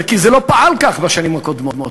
כי זה לא פעל כך בשנים הקודמות,